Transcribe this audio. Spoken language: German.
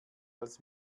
als